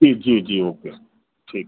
जी जी जी ओके ठीक